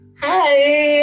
Hi